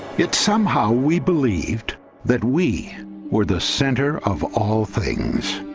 it. somehow we believed that we were the center of all things